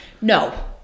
No